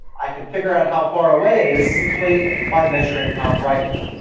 i can figure out how far away it is simply by measuring how bright it is.